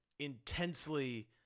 intensely